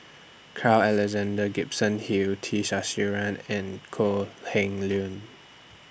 Carl Alexander Gibson Hill T Sasitharan and Kok Heng Leun